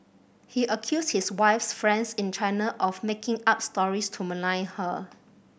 he accused his wife's friends in China of making up stories to malign her